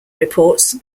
reports